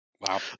Wow